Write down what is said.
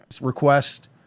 Request